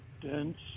dense